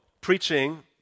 preaching